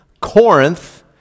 Corinth